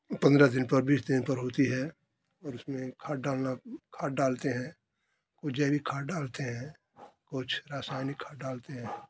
पंद्रह दिन पर बीस दिन पर होती है और उसमें खाद डालना खाद डालते हैं वो जैविक खाद डालते हैं कुछ रासायनिक खाद डालते हैं